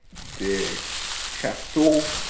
de chasteaux,